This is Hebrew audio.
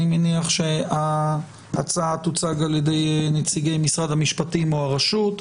אני מניח שההצעה תוצג על ידי נציגי משרד המשפטים או הרשות.